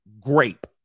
grape